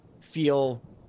feel